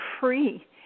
free